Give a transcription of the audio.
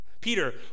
Peter